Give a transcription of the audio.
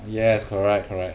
yes correct correct